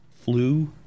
flu